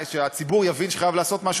שהציבור יבין שהוא חייב לעשות משהו,